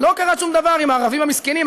לא קרה שום דבר עם הערבים המסכנים,